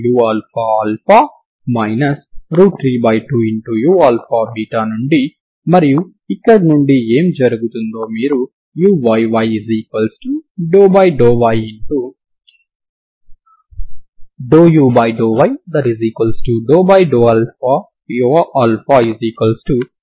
u 12uαα 32uαβ నుండి మరియు ఇక్కడ నుండి ఏమి జరుగుతుందో మీరు uyy∂y∂u∂y∂αuuαα గా పొందవచ్చు